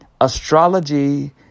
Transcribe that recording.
astrology